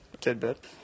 tidbit